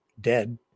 Dead